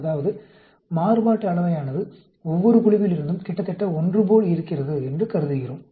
அதாவது மாறுபாட்டு அளவையானது ஒவ்வொரு குழுவிலிருந்தும் கிட்டத்தட்ட ஒன்றுபோல் இருக்கிறது என்று கருதுகிறோம்